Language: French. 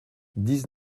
dix